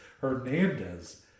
Hernandez